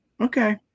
Okay